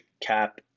cap